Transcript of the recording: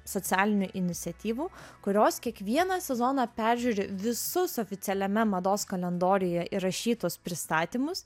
socialinių iniciatyvų kurios kiekvieną sezoną peržiūri visus oficialiame mados kalendoriuje įrašytus pristatymus